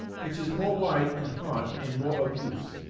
which is more wide and hard, and more of use.